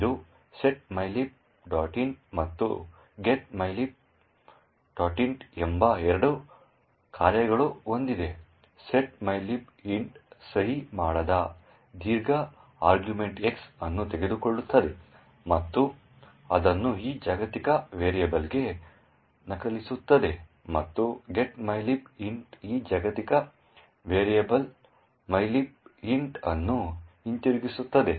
ಇದು set mylib int ಮತ್ತು get mylib int ಎಂಬ ಎರಡು ಕಾರ್ಯಗಳನ್ನು ಹೊಂದಿದೆ set mylib int ಸಹಿ ಮಾಡದ ದೀರ್ಘ ಆರ್ಗ್ಯುಮೆಂಟ್ X ಅನ್ನು ತೆಗೆದುಕೊಳ್ಳುತ್ತದೆ ಮತ್ತು ಅದನ್ನು ಈ ಜಾಗತಿಕ ವೇರಿಯಬಲ್ಗೆ ನಕಲಿಸುತ್ತದೆ ಮತ್ತು get mylib int ಈ ಜಾಗತಿಕ ವೇರಿಯಬಲ್ mylib int ಅನ್ನು ಹಿಂತಿರುಗಿಸುತ್ತದೆ